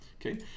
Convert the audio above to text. Okay